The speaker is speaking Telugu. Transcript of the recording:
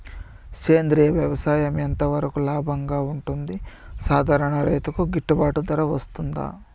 సేంద్రియ వ్యవసాయం ఎంత వరకు లాభంగా ఉంటుంది, సాధారణ రైతుకు గిట్టుబాటు ధర వస్తుందా?